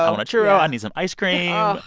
i want a churro. i need some ice cream oh,